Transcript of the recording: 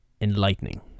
enlightening